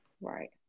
Right